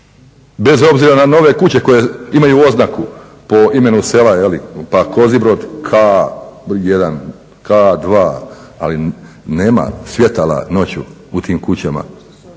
Bez obzira na nove kuće koje imaju oznaku po imenu sela jel' pa Kozibrod K1, K2 ali nema svjetala noću u tim kućama